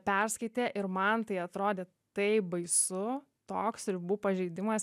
perskaitė ir man tai atrodė taip baisu toks ribų pažeidimas